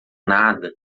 nada